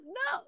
no